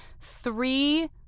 three